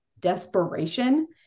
desperation